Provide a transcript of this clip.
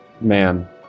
Man